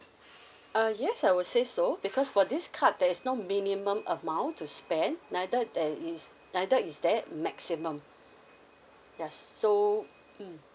uh yes I would say so because for this card there is no minimum amount to spend neither there is neither is there maximum yes so mm